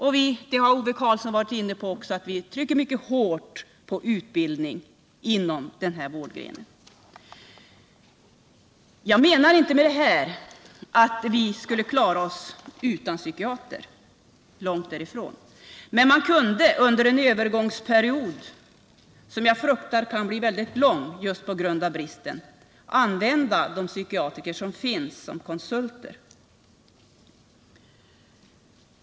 Vi trycker mycket hårt på utbildning inom den här vårdgrenen — det har också Ove Karlsson varit inne på. Jag menar inte med detta att vi skulle klara oss utan psykiatriker, långt därifrån. Men man kunde under en övergångsperiod, som jag fruktar kan bli väldigt lång just på grund av bristen, använda de psykiatriker som finns som konsulter.